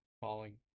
falling